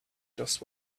just